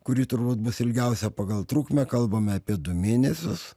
kuri turbūt bus ilgiausia pagal trukmę kalbame apie du mėnesius